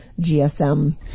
GSM